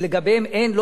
שלגביהם אין,